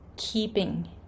keeping